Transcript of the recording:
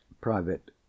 private